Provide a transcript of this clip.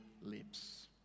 lips